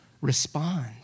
respond